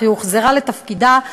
אך היא הוחזרה לתפקידה,